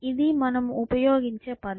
ఇది మనం ఉపయోగించే పదం